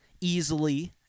easily